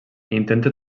intenta